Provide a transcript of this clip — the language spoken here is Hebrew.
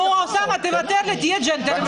נו, אוסאמה, תוותר לי, תהיה ג'נטלמן.